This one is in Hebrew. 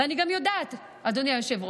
ואני גם יודעת, אדוני היושב-ראש,